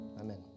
Amen